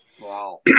Wow